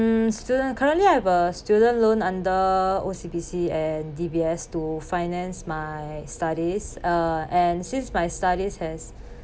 um student currently I have a student loan under O_C_B_C and D_B_S to finance my studies uh and since my studies has